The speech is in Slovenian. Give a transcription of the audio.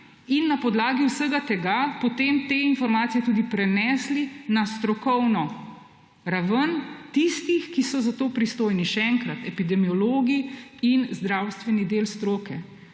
in na podlagi vsega tega potem te informacije tudi prenesli na strokovno raven tistih, ki so za to pristojni, še enkrat epidemiologi in zdravstveni del stroke.